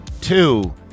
two